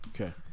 Okay